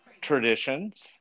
traditions